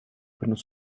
panneaux